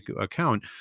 account